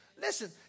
Listen